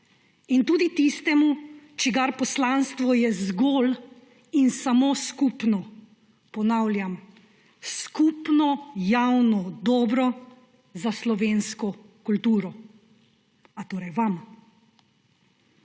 in tudi tistemu, čigar poslanstvo je zgolj in samo skupno – ponavljam – skupno javno dobro za slovensko kulturo. A torej vam?